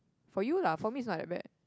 for you lah for me it's not that bad